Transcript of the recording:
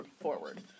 forward